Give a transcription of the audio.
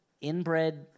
inbred